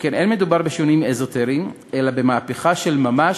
שכן אין מדובר בשינויים אזוטריים אלא במהפכה של ממש,